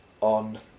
on